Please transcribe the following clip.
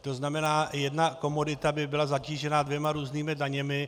To znamená, jedna komodita by byla zatížena dvěma různými daněmi.